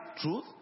truth